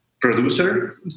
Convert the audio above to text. producer